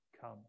come